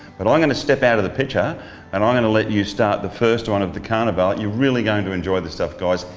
but i'm going to step out of the picture and i'm going to let you start the first one of the carnival. you're really going to enjoy this stuff, guys.